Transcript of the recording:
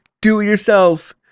do-it-yourself